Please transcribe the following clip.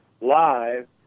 live